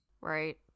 Right